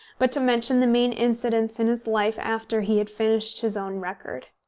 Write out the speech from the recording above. but to mention the main incidents in his life after he had finished his own record.